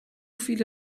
viele